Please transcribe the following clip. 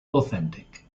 authentic